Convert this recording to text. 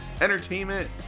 entertainment